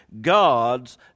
God's